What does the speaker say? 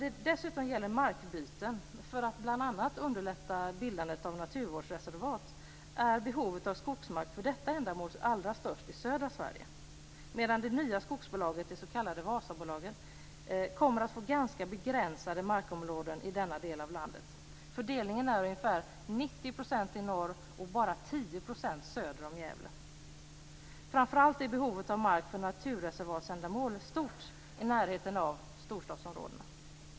När det gäller markbyten - för att bl.a. underlätta bildande av naturreservat - är behovet av skogsmark för detta ändamål allra störst i södra Sverige, medan det nya skogsbolaget, det s.k. Vasabolaget, kommer att få ganska begränsade markområden i denna del av landet. Fördelningen är ungefär 90 % i norr och bara 10 % söder om Gävle. Framför allt är behovet av mark för naturreservatsändamål stort i närheten av storstadsområdena.